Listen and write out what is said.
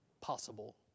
possible